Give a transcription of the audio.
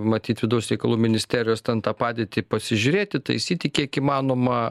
matyt vidaus reikalų ministerijos ten tą padėtį pasižiūrėti taisyti kiek įmanoma